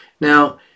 Now